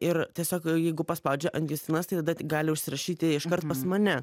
ir tiesiog jeigu paspaudžia ant justinas tai tada gali užsirašyti iškart pas mane